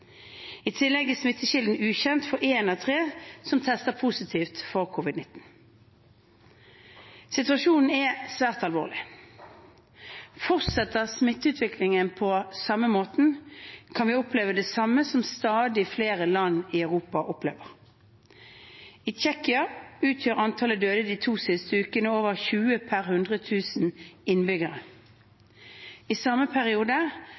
I tillegg er smittekilden ukjent for én av tre som tester positivt for covid-19. Situasjonen er svært alvorlig. Fortsetter smitteutviklingen på samme måte, kan vi oppleve det samme som stadig flere land i Europa opplever. I Tsjekkia utgjør antallet døde de to siste ukene over 20 per 100 000 innbyggere. I samme periode